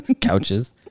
Couches